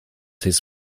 his